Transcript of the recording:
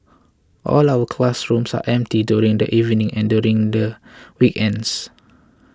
all our school classrooms are empty during the evenings and during the weekends